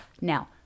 Now